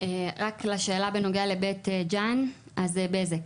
רק לשאלה בנוגע לבית ג'ן, אז בזק